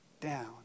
down